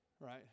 right